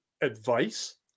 advice